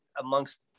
amongst